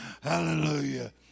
Hallelujah